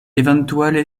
eventuale